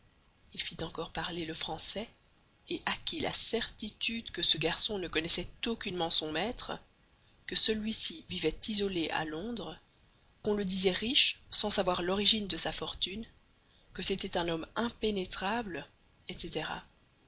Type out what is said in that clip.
il fit encore parler le français et acquit la certitude que ce garçon ne connaissait aucunement son maître que celui-ci vivait isolé à londres qu'on le disait riche sans savoir l'origine de sa fortune que c'était un homme impénétrable etc